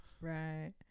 right